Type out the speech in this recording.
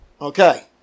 Okay